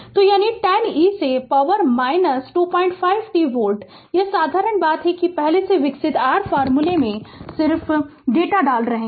तो यानी 10 e से पावर 25 t वोल्ट यह साधारण बात है कि पहले से विकसित r फॉर्मूले में सिर्फ डेटा डाल रहे हैं